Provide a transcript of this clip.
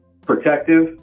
protective